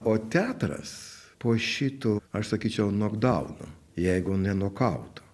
o teatras po šito aš sakyčiau nokdauno jeigu ne nokauto